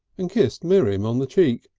and kissed miriam on the cheek.